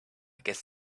guess